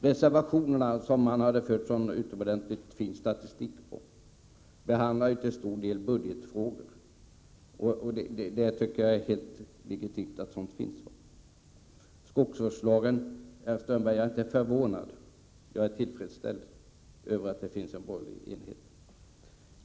Reservationerna, som Håkan Strömberg hade fört en utomordentligt fin statistik över, behandlar till stor del budgetfrågor, och det är helt legitimt att sådana finns. När det gäller skogsvårdslagen är jag inte förvånad utan tillfredsställd över att det finns en borgerlig enighet, herr Strömberg.